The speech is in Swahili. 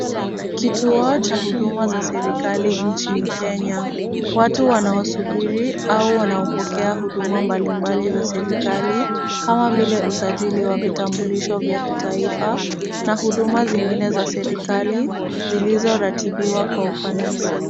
Kituo cha huduma za serikali nchini Kenya. Watu wanaosubiri au wanaopokea huduma mbalimbali za serikali, kama vile usajili wa vitambulisho vya kitaifa na huduma zingine za serikali, zilizoratibiwa kwa ufanisi.